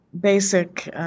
basic